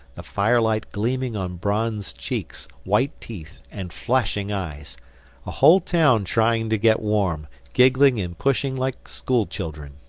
firelight gleaming on bronze cheeks, white teeth and flashing eyes a whole town trying to get warm, giggling and pushing like school-children.